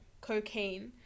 cocaine